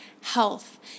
health